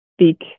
speak